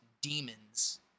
demons